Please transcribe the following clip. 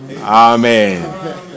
Amen